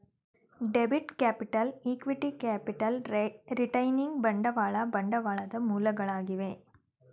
debit capital, equity capital, retaining ಬಂಡವಾಳ ಬಂಡವಾಳದ ಮೂಲಗಳಾಗಿವೆ